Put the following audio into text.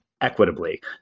equitably